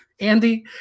Andy